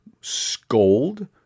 scold